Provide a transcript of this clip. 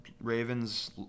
Ravens